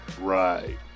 Right